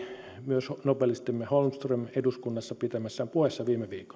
myös nobelistimme holmström eduskunnassa pitämässään puheessa viime